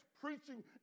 preaching